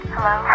Hello